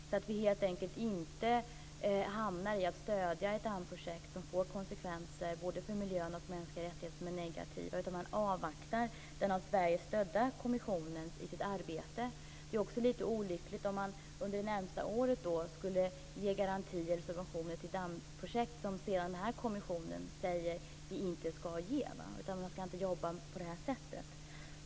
Då hamnar vi inte i detta att vi stöder ett dammprojekt som får konsekvenser, både för miljön och för mänskliga rättigheter, som är negativa, utan vi avvaktar den av Sverige stödda kommissionen i dess arbete. Det är också lite olyckligt om man under det närmaste året skulle ge garantier och subventioner till dammprojekt som kommissionen sedan säger att man inte skall ge. Man skall inte jobba på det sättet.